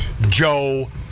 Joe